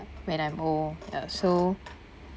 when I'm old ya so